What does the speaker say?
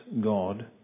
God